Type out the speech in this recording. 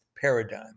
paradigm